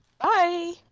Bye